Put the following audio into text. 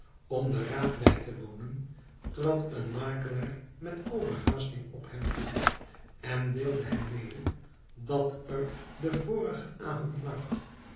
om den raad bij te wonen trad een makelaar met overhaasting op hem toe en deelde hem mede dat er den vorigen avond laat